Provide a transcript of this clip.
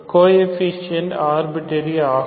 கோஎஃபீஷியேன்ட்கள் arbitrary ஆகும்